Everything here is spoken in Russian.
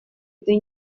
этой